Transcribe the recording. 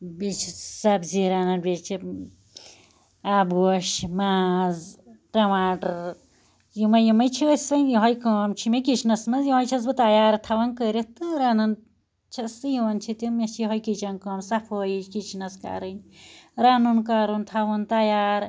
بیٚیہِ چھِ سبزی رنان بیٚیہِ چھِ آب گوش ماز ٹماٹڑ یمے یمے چھ أسۍ ونۍ یہے کٲم چھِ مےٚ کِچنَس مَنٛز یہے چھَس بہٕ تیار تھاوان کٔرِتھ تہٕ رَنان چھَس تہٕ یوان چھِ تم مےٚ چھِ یہے کٲم صفٲیی کچنس کَرٕنۍ رَنُن کَرُن تھاوُن تیار